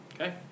Okay